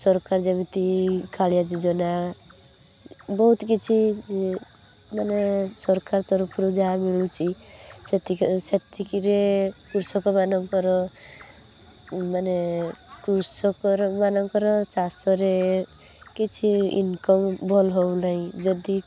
ସରକାର ଯେମିତି କାଳିଆ ଯୋଜନା ବହୁତ କିଛି ମାନେ ସରକାର ତରଫରୁ ଯାହା ମିଳୁଛି ସେତିକି ସେତିକିରେ କୃଷକ ମାନଙ୍କର ମାନେ କୃଷକର ମାନଙ୍କର ମାନେ ଚାଷରେ କିଛି ଇନକମ ଭଲ ହଉନାହିଁ ଯଦି